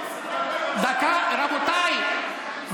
רבותיי,